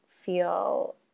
feel